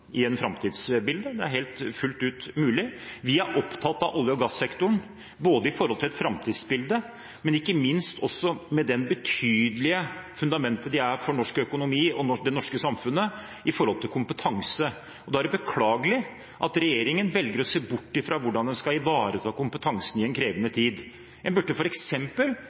Det er fullt ut mulig. Vi er opptatt av olje- og gassektoren, både i et framtidsbilde og ikke minst som det betydelige fundamentet den er for norsk økonomi og det norske samfunnet når det gjelder kompetanse. Da er det beklagelig at regjeringen velger å se bort fra hvordan en skal ivareta kompetansen i en krevende tid. En burde